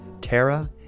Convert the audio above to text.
Tara